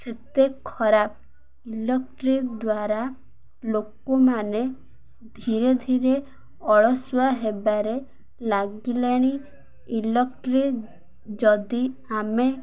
ସେତେ ଖରାପ ଇଲକ୍ଟ୍ରିକ୍ ଦ୍ୱାରା ଲୋକମାନେ ଧୀରେ ଧୀରେ ଅଳସୁଆ ହେବାରେ ଲାଗିଲେଣି ଇଲକ୍ଟ୍ରିକ୍ ଯଦି ଆମେ